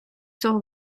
цього